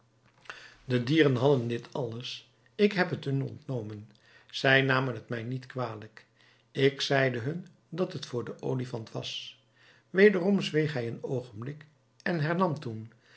de dieren hadden dit alles ik heb t hun ontnomen zij namen het mij niet kwalijk ik zeide hun dat t voor den olifant was wederom zweeg hij een oogenblik en hernam toen